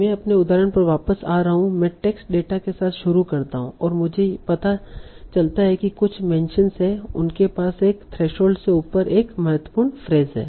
मैं अपने उदाहरण पर वापस आ रहा हूं मैं टेक्स्ट डेटा के साथ शुरू करता हूं और मुझे पता चलता है कि कुछ मेंशनस हैं उनके पास एक थ्रेशोल्ड से ऊपर एक महत्वपूर्ण फ्रेस है